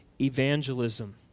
evangelism